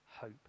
hope